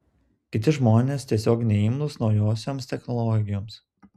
kiti žmonės tiesiog neimlūs naujosioms technologijoms